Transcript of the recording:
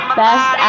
best